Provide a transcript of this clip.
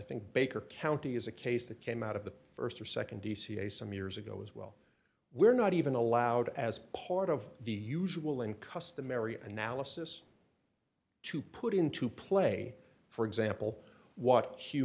think baker county is a case that came out of the st or nd dca some years ago as well we're not even allowed as part of the usual and customary analysis to put into play for example what hugh